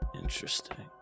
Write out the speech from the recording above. Interesting